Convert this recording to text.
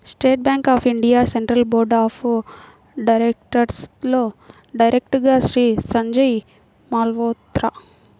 state bank of India central board of డైరెక్టర్స్లో డైరెక్టర్గా శ్రీ సంజయ్ మల్హోత్రా